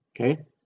Okay